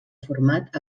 format